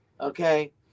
okay